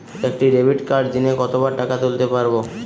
একটি ডেবিটকার্ড দিনে কতবার টাকা তুলতে পারব?